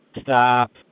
stop